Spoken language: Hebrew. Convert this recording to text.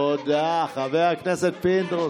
תודה, תודה, חבר הכנסת פינדרוס.